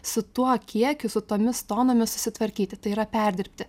su tuo kiekiu su tomis tonomis susitvarkyti tai yra perdirbti